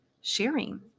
Sharing